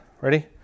Ready